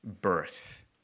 birth